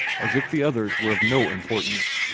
as if the others were of no importance.